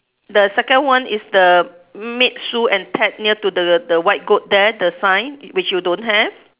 the second one is the meet Sue and Ted near to the the the white goat there the sign which you don't have